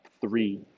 three